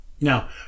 Now